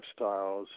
lifestyles